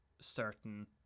certain